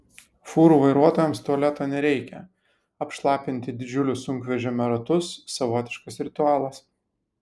fūrų vairuotojams tualeto nereikia apšlapinti didžiulius sunkvežimio ratus savotiškas ritualas